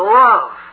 love